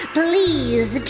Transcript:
please